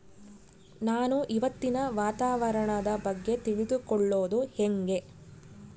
ನಾನು ಇವತ್ತಿನ ವಾತಾವರಣದ ಬಗ್ಗೆ ತಿಳಿದುಕೊಳ್ಳೋದು ಹೆಂಗೆ?